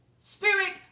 spirit